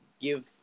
give